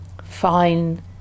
fine